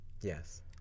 Yes